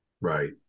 Right